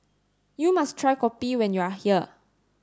you must try Kopi when you are here